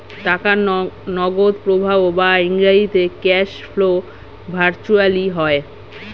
টাকার নগদ প্রবাহ বা ইংরেজিতে ক্যাশ ফ্লো ভার্চুয়ালি হয়